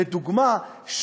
לדוגמה,